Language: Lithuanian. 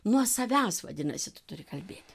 nuo savęs vadinasi tu turi kalbėti